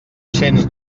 cents